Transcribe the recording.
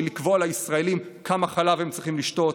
לקבוע לישראלים כמה חלב הם צריכים לשתות,